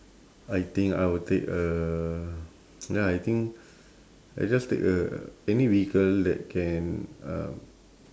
I think I will take a then I think I just take a any vehicle that can um